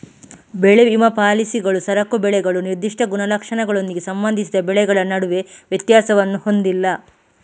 ಬೆಳೆ ವಿಮಾ ಪಾಲಿಸಿಗಳು ಸರಕು ಬೆಳೆಗಳು ನಿರ್ದಿಷ್ಟ ಗುಣಲಕ್ಷಣಗಳೊಂದಿಗೆ ಸಂಬಂಧಿಸಿದ ಬೆಳೆಗಳ ನಡುವೆ ವ್ಯತ್ಯಾಸವನ್ನು ಹೊಂದಿಲ್ಲ